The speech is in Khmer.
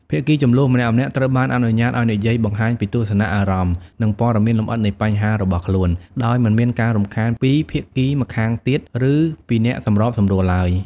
ភាគីជម្លោះម្នាក់ៗត្រូវបានអនុញ្ញាតឲ្យនិយាយបង្ហាញពីទស្សនៈ អារម្មណ៍ និងព័ត៌មានលម្អិតនៃបញ្ហារបស់ខ្លួន ដោយមិនមានការរំខានពីភាគីម្ខាងទៀត ឬពីអ្នកសម្របសម្រួលឡើយ។